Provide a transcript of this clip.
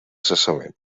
cessament